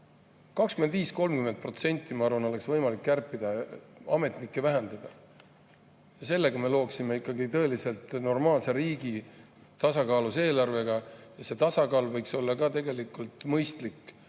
25–30%, ma arvan, oleks võimalik kärpida, ametnike [arvu] vähendada. Sellega me looksime tõeliselt normaalse riigi tasakaalus eelarvega. Ja see tasakaal võiks olla ka tegelikult mõistlik,